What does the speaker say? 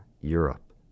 Europe